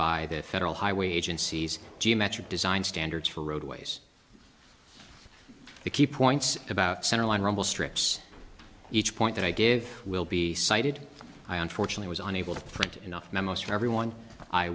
by the federal highway agencies geometric design standards for roadways the key points about center line rumble strips each point that i give will be cited i unfortunately was unable to print enough memos for everyone i